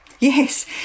Yes